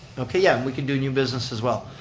okay, yeah, we can do new business as well.